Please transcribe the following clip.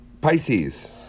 Pisces